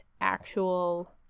actual